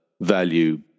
value